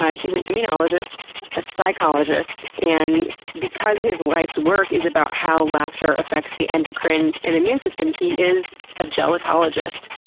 ah he's an immunologist, a psychologist, and because his life's work is about how laughter affects the endocrine and immune system, he is a is gelotologist.